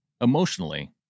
emotionally